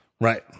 right